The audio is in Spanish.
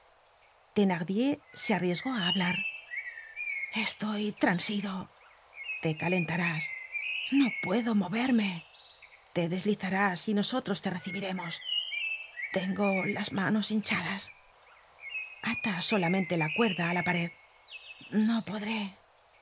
bajar thenardier se arriesgó á hablar estoy transido te calentarás no puedo moverme te deslizarás y nosotros te recibiremos tengo las manos hinchadas ata solamente la cuerda á la pared no podré